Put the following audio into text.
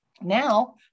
now